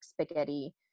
spaghetti